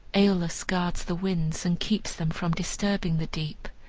aeolus guards the winds and keeps them from disturbing the deep.